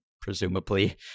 presumably